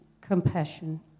compassion